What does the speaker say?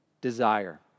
desire